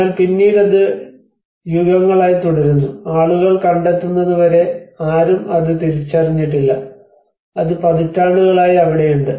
എന്നാൽ പിന്നീട് അത് യുഗങ്ങളായി തുടരുന്നു ആളുകൾ കണ്ടെത്തുന്നതുവരെ ആരും അത് തിരിച്ചറിഞ്ഞിട്ടില്ല അത് പതിറ്റാണ്ടുകളായി അവിടെയുണ്ട്